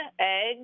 eggs